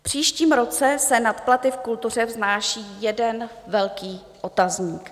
V příštím roce se nad platy v kultuře vznáší jeden velký otazník.